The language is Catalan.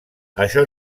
això